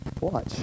Watch